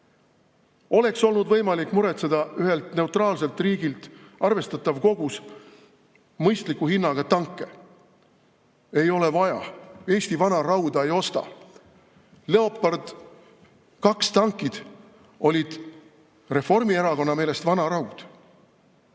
Oleks olnud võimalik muretseda ühelt neutraalselt riigilt arvestatav kogus mõistliku hinnaga tanke. Ei ole vaja, Eesti vanarauda ei osta! Leopard 2 tankid olid Reformierakonna meelest vanaraud.